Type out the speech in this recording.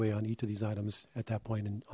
way on each of these items at that point and